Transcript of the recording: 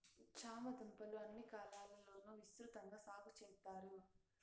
చామ దుంపలు అన్ని కాలాల లోనూ విసృతంగా సాగు చెత్తారు